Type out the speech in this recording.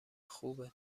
خوبه